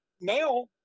now